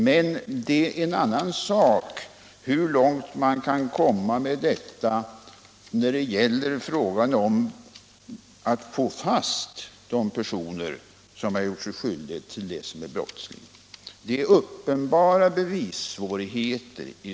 Men en annan sak är hur långt man kan komma med detta när det gäller att få fast de personer som gjort sig skyldiga till brottslighet. I sådana här fall finns uppenbara bevissvårigheter.